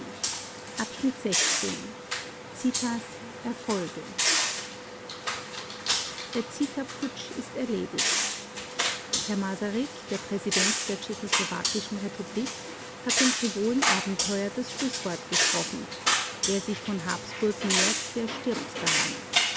zitas erfolge der zita-putsch ist erledigt herr masaryk der präsident der tschechoslowakischen republik hat dem frivolen abenteuer das schlußwort gesprochen wer sich von habsburg nährt der stirbt daran